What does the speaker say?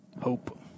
hope